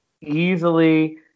Easily